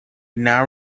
now